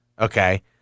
Okay